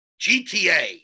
GTA